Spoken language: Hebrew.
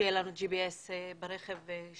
שיהיה לנו GPS ברכב שלנו.